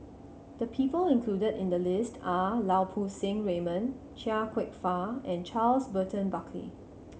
the people included in the list are Lau Poo Seng Raymond Chia Kwek Fah and Charles Burton Buckley